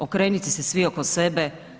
Okrenite se svi oko sebe.